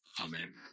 Amen